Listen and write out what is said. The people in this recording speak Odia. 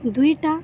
ଦୁଇଟା